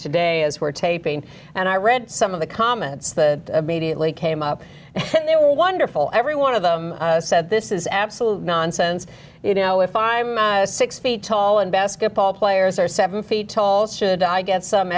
today as we're taping and i read some of the comments that mediately came up and they were wonderful every one of them said this is absolute nonsense you know if i'm six feet tall and basketball players are seven feet tall should i get some